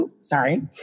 Sorry